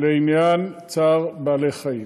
סובלנות לעניין צער בעלי-חיים.